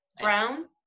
Brown